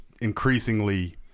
increasingly